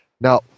Now